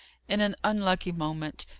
in an unlucky moment,